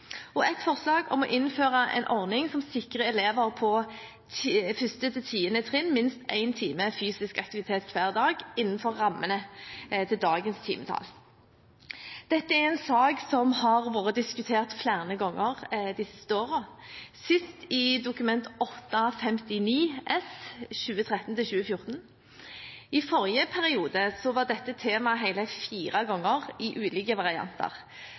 og et forslag om å innføre en ordning som sikrer elever på 1.–10. trinn minst én times fysisk aktivitet hver dag, innenfor rammene av dagens timetall. Dette er en sak som har vært diskutert flere ganger de siste årene, sist i Dokument 8:59 S for 2013–2014. I forrige periode var dette tema hele fire ganger i ulike varianter.